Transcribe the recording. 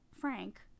Frank